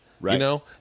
Right